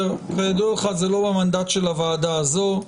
כידוע לך, זה לא במנדט של הוועדה הזו.